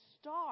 star